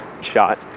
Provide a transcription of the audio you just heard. shot